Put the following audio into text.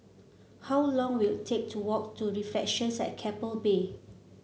how long will it take to walk to Reflections at Keppel Bay